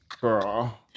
Girl